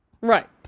Right